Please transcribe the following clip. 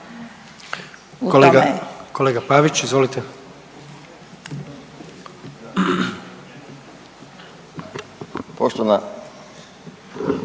Kolega Pavić, izvolite.